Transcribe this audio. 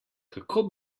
kako